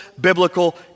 biblical